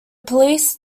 police